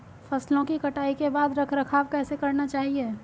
फसलों की कटाई के बाद रख रखाव कैसे करना चाहिये?